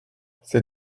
c’est